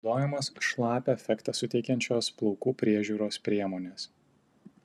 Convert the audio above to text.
naudojamos šlapią efektą suteikiančios plaukų priežiūros priemonės